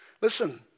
Listen